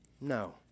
No